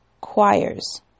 choirs